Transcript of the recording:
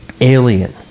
Alien